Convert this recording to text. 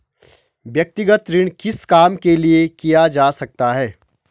व्यक्तिगत ऋण किस काम के लिए किया जा सकता है?